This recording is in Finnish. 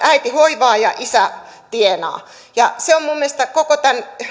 äiti hoivaa ja isä tienaa ja se on mielestäni koko tämän